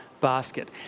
basket